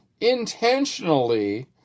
intentionally